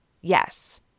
Yes